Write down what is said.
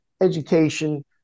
education